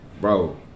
Bro